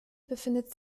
befindet